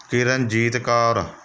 Kiranjit Kaur